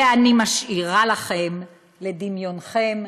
ואני משאירה לכם, לדמיונכם,